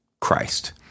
Christ